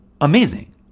amazing